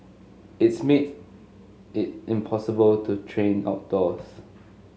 it's made it impossible to train outdoors